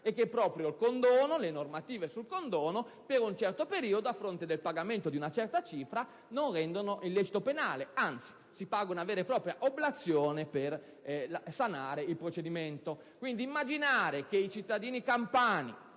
e che proprio le normative sul condono, per un certo periodo, a fronte del pagamento di una certa cifra, non rendono illecito penale: anzi, si paga una vera e propria oblazione per sanare il procedimento. Quindi, immaginare che i cittadini campani,